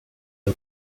del